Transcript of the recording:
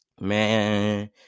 man